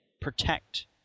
Protect